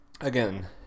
again